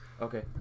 Okay